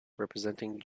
representing